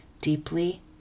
deeply